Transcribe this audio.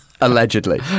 Allegedly